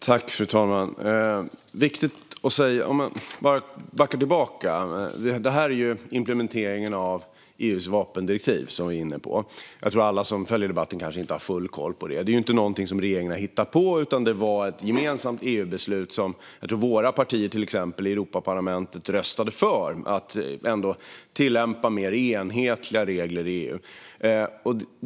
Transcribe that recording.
Fru talman! Man kan backa tillbaka. Det är implementeringen av EU:s vapendirektiv som vi är inne på - alla som följer debatten har kanske inte full koll på det. Det är inte någonting som regeringen har hittat på, utan det var ett gemensamt EU-beslut. Jag tror att till exempel våra partier i Europaparlamentet röstade för att man skulle tillämpa mer enhetliga regler i EU.